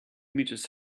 meters